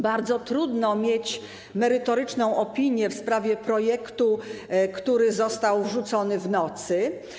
Bardzo trudno mieć merytoryczną opinię w sprawie projektu, który został wrzucony w nocy.